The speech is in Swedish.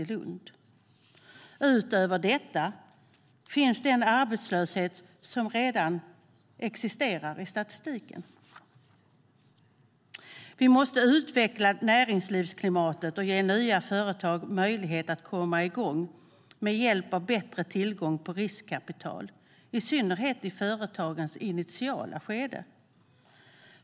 Utöver detta visar statistiken att det finns en redan existerande arbetslöshet. Vi vill utveckla näringslivsklimatet och ge nya företag möjlighet att komma igång med hjälp av bättre tillgång till riskkapital, i synnerhet i företagens initiala skede.